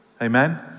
Amen